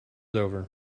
over